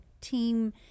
team